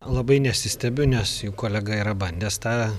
labai nesistebiu nes jų kolega yra bandęs tą